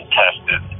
tested